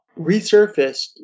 resurfaced